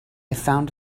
found